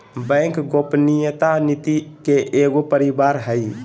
bank गोपनीयता नीति के एगो परिवार हइ